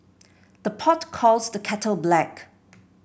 the pot calls the kettle black